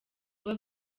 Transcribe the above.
kuba